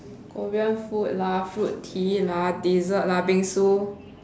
Korean food lah fruit tea lah dessert lah bingsu